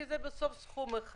כי בסוף זה סכום אחד.